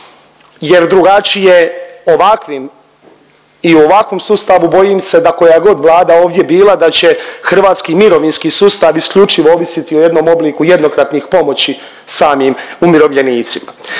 jer drugačije ovakvim i u ovakvom sustavu bojim se da koja god Vlada ovdje bila da će hrvatski mirovinski sustav isključivo ovisiti o jednom obliku jednokratnih pomoći samim umirovljenicima.